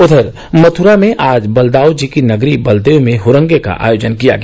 उधर मथुरा में आज बलदाऊ जी की नगरी बलदेव में हुरंगे का आयोजन किया गया